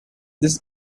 this